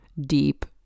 deep